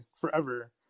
forever